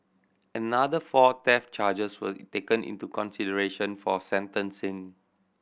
another four theft charges were taken into consideration for sentencing